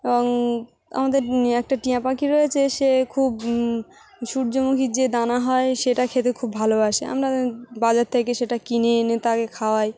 এবং আমাদের একটা টিয়া পাখি রয়েছে সে খুব সূর্যমুখীর যে দানা হয় সেটা খেতে খুব ভালোবাসে আমরা বাজার থেকে সেটা কিনে এনে তাকে খাওয়াই